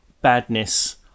badness